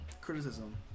criticism